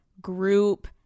group